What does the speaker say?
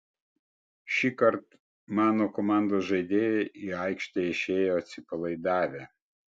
šįkart mano komandos žaidėjai į aikštę išėjo atsipalaidavę